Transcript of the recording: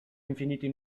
infiniti